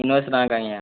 ନଅଶହ ଟଙ୍କା ଆଜ୍ଞା